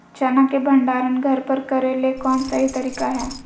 चना के भंडारण घर पर करेले कौन सही तरीका है?